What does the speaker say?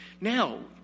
Now